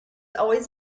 always